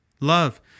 Love